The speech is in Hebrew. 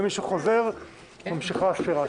ומי שחוזר ממשיכה הספירה שלו.